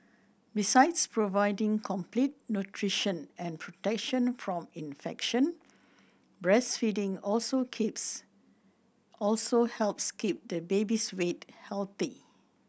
besides providing complete nutrition and protection from infection breastfeeding also keeps also helps keep the baby's weight healthy